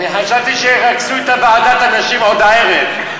אני חשבתי, את ועדת הנשים עוד הערב.